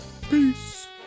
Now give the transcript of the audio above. Peace